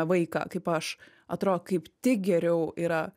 vaiką kaip aš atrodo kaip tik geriau yra